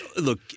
look